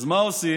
אז מה עושים?